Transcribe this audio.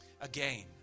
again